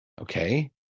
Okay